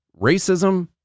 racism